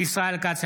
ישראל כץ,